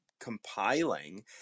compiling